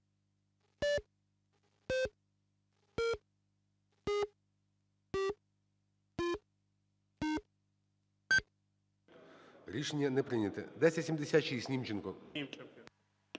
Рішення не прийнято. 1076. Німченко.